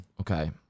Okay